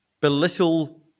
belittle